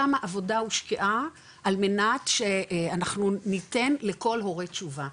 כמה עבודה הושקעה על מנת שאנחנו ניתן לכל הורה תשובה.